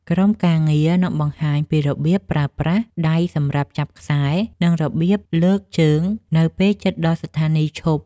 ក្រុមការងារនឹងបង្ហាញពីរបៀបប្រើប្រាស់ដៃសម្រាប់ចាប់ខ្សែ និងរបៀបលើកជើងនៅពេលជិតដល់ស្ថានីយឈប់។